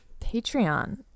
Patreon